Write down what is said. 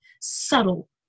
subtle